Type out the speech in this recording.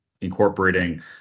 incorporating